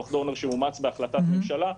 דוח דורנר שאומץ בהחלטת ממשלה,